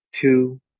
two